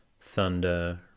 thunder